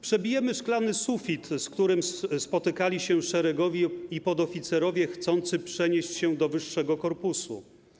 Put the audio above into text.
Przebijemy szklany sufit, z którym spotykali się szeregowi i podoficerowie chcący przenieść się do wyższego korpusu.